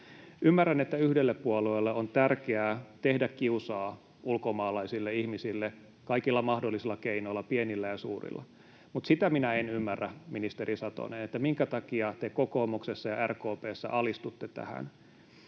Ymmärrän, että yhdelle puolueelle on tärkeää tehdä kiusaa ulkomaalaisille ihmisille kaikilla mahdollisilla keinoilla, pienillä ja suurilla, mutta sitä minä en ymmärrä, ministeri Satonen, minkä takia te kokoomuksessa ja RKP:ssä alistutte tähän.